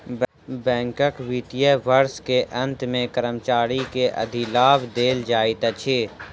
बैंकक वित्तीय वर्ष के अंत मे कर्मचारी के अधिलाभ देल जाइत अछि